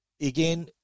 again